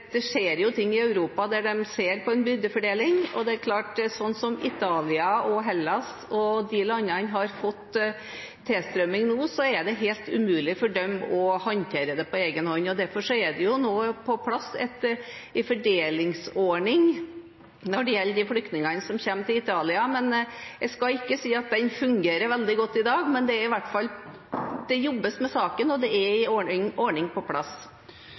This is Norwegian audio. Det skjer ting i Europa der de ser på byrdefordeling, og det er klart at slik Italia, Hellas og disse landene har fått tilstrømning nå, er det helt umulig for dem å håndtere det på egen hånd. Derfor er det nå på plass en fordelingsordning når det gjelder flyktningene som kommer til Italia, men jeg skal ikke si at den fungerer veldig godt i dag. Men det jobbes i hvert fall med saken, og det er en ordning på plass.